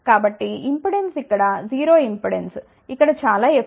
కాబట్టి ఇంపెడెన్స్ ఇక్కడ 0 ఇంపెడెన్స్ ఇక్కడ చాలా ఎక్కువ